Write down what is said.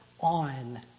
on